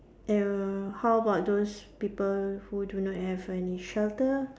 err how about those people who do not have any shelter